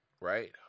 Right